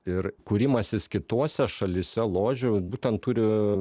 ir kūrimasis kitose šalyse ložių būtent turi